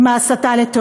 עם הסתה לטרור.